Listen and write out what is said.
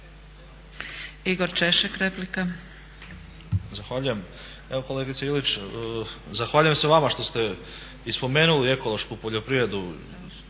Igor (HDSSB)** Zahvaljujem. Evo kolegice Ilić, zahvaljujem se vama što ste i spomenuli ekološku poljoprivredu.